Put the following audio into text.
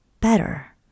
better